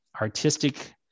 artistic